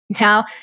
Now